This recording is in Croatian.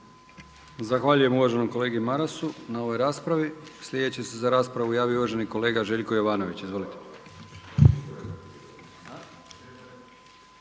Zahvaljujem uvaženom kolegi Marasu na ovoj raspravi. Sljedeći se za raspravu javio uvaženi kolega Željko Jovanović. Izvolite.